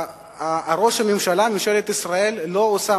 שראש הממשלה, שממשלת ישראל לא עושה